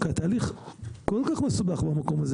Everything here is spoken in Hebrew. כי התהליך הוא כל כך מסובך במקום הזה